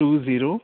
two zero